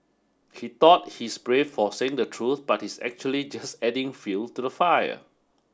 he thought he's brave for saying the truth but he's actually just adding fuel to the fire